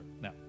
Now